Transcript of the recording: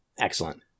Excellent